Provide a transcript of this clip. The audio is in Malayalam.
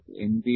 C